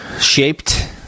shaped